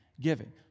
giving